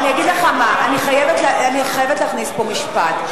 אני חייבת להכניס פה משפט.